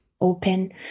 open